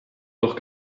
doch